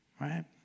right